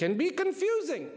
can be confusing